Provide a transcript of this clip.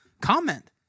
Comment